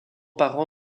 parents